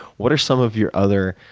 what are some of your other,